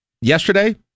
yesterday